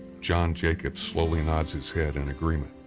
john jacobs slowly nods his head in agreement.